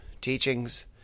teachings